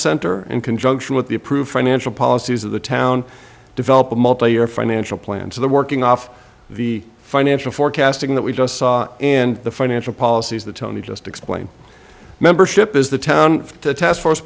center in conjunction with the approved financial policies of the town develop a multi year financial plan for the working off the financial forecasting that we just saw and the financial policies that tony just explained membership is the town task force